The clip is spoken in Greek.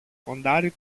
κοντάρι